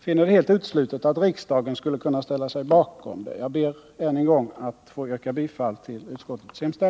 finner det helt uteslutet att riksdagen skulle kunna ställa sig bakom det. Jag ber än en gång att få yrka bifall till utskottets hemställan.